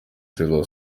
taylor